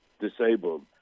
disabled